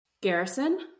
Garrison